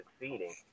succeeding